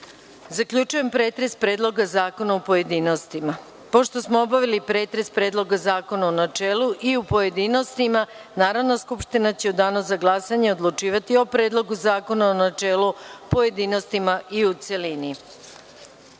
Zaključujem pretres Predloga zakona u pojedinostima. Pošto smo obavili pretres Predloga zakona u načelu i pojedinostima, Narodna skupština će u Danu za glasanje odlučivati o Predlogu zakona u načelu, pojedinostima i u celini. Pošto